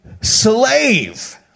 slave